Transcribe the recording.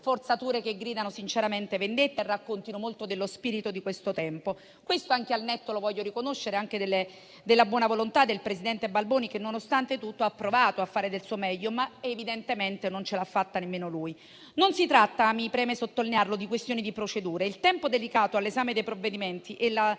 forzature sinceramente gridino vendetta e raccontino molto dello spirito di questo tempo. Ciò anche al netto - lo voglio riconoscere - della buona volontà del presidente Balboni che, nonostante tutto, ha provato a fare del suo meglio, ma evidentemente non c'è l'ha fatta nemmeno lui. Non si tratta - mi preme sottolinearlo - di questioni di procedure. Il tempo dedicato all'esame dei provvedimenti e la